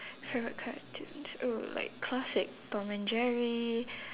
favourite cartoons oh like classic tom and jerry